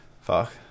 Fuck